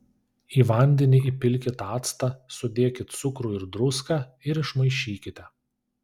į vandenį įpilkit actą sudėkit cukrų ir druską ir išmaišykite